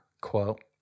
quote